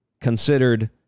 considered